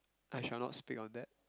I shall not speak on that